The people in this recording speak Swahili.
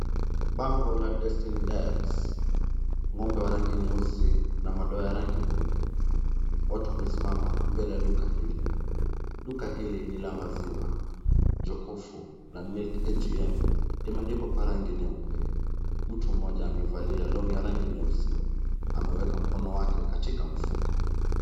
Bango la Destiny Dairies. Ng'ombe wa rangi nyeusi na madoa ya rangi nyeupe wote wamesimama mbele ya duka hili. Duka hili ni la maziwa. Jokofu na Milk ATM imeandikwa kwa rangi nyeupe. Mtu mmoja amevalia long'i ya rangi nyeusi ameweka mkono wake katika mfuko.